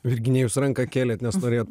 virginija jūs ranką kėlėt nes norėjot